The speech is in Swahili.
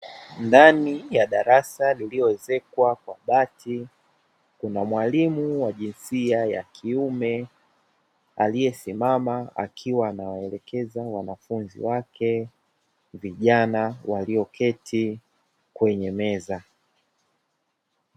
Ndani ya darasa lilioezekwa kwa bati, kuna mwalimu wa jinsia ya kiume aliyesimama akiwa anaelekeza wanafunzi wake vijana walioketi kwenye meza.